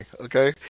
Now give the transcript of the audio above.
okay